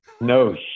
No